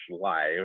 life